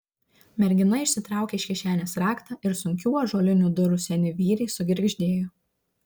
mergina išsitraukė iš kišenės raktą ir sunkių ąžuolinių durų seni vyriai sugirgždėjo